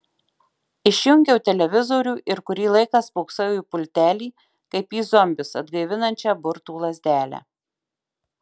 išjungiau televizorių ir kurį laiką spoksojau į pultelį kaip į zombius atgaivinančią burtų lazdelę